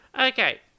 Okay